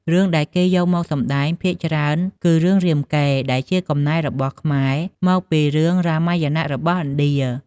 រឿងដែលយកមកសម្តែងភាគច្រើនគឺ រឿងរាមកេរ្តិ៍ ដែលជាកំណែរបស់ខ្មែរ មកពីរឿង រាមាយណៈ របស់ឥណ្ឌា។